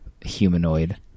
Humanoid